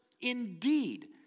Indeed